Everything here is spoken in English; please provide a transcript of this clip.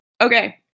Okay